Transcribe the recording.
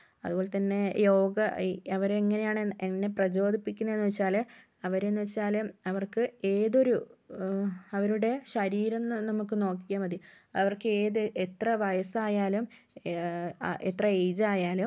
അതുപോലെത്തന്നെ യോഗ ഈ അവരെങ്ങനെയാണ് എന്നെ പ്രചോദിപ്പിക്കുന്നത് എന്ന് വെച്ചാല് അവരെന്ന് വെച്ചാല് അവർക്ക് ഏതൊരു അവരുടെ ശരീരം നമുക്ക് നോക്കിയാൽ മതി അവർക്ക് ഏത് എത്ര വയസ്സായാലും എത്ര ഏജ് ആയാലും